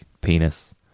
penis